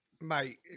Mate